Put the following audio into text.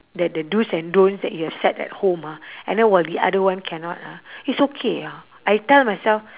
that the dos and don'ts that you have set at home ah and then while the other one cannot ah it's okay ah I tell myself